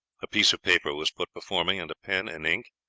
a piece of paper was put before me, and a pen and ink,